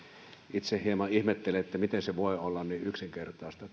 itse hieman ihmettelen miten tämä keskustelu suomessa voi olla niin yksinkertaista